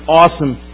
awesome